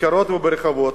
בכיכרות וברחובות,